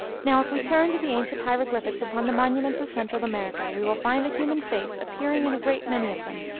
now, if we turn to the ancient hieroglyphics upon the monuments of central america, we will find the human face appearing in a great many of them,